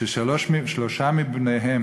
ששלושה מבניהן